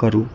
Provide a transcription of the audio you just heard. करू